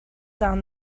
down